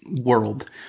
world